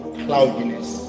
cloudiness